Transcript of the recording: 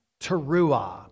Teruah